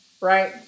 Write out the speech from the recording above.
right